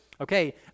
Okay